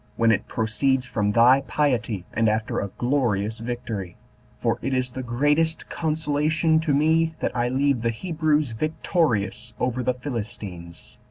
when it proceeds from thy piety, and after a glorious victory for it is the greatest consolation to me that i leave the hebrews victorious over the philistines.